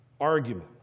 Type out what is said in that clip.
argument